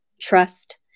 trust